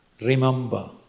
remember